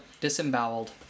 Disemboweled